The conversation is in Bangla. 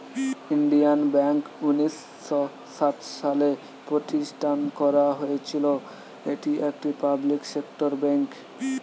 ইন্ডিয়ান ব্যাঙ্ক উনিশ শ সাত সালে প্রতিষ্ঠান করা হয়েছিল, এটি একটি পাবলিক সেক্টর বেঙ্ক